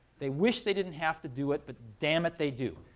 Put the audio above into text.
they wish they didn't have to do it, but damn it, they do.